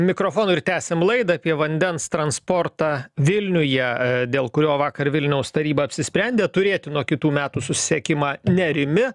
mikrofono ir tęsiam laidą apie vandens transportą vilniuje dėl kurio vakar vilniaus taryba apsisprendė turėti nuo kitų metų susisiekimą nerimi